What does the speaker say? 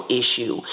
issue